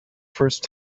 first